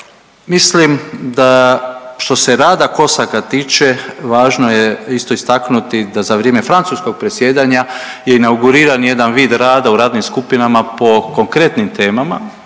Mislim da što se rada COSAC-a tiče važno je isto istaknuti da za vrijeme francuskog predsjedanja je inauguriran jedan vid rada u radnim skupinama po konkretnim temama